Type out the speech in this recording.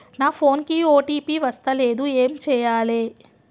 నా ఫోన్ కి ఓ.టీ.పి వస్తలేదు ఏం చేయాలే?